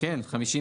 רוויזיה.